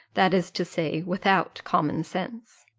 that is to say, without common sense.